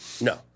No